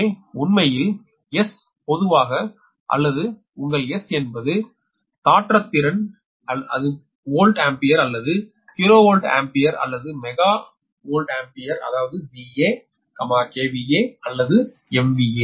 எனவே உண்மையில்S பொதுவாக அது உங்கள் S என்பது தாற்றத்திறன் அது வோல்ட் ஆம்பியர் அல்லது கிலோவோல்ட் ஆம்பியர் அல்லது மெகா வோல்ட் ஆம்பியர் அதாவது VA kVA அல்லது MVA